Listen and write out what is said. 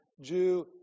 Jew